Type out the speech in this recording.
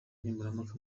nkemurampaka